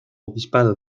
obispado